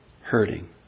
hurting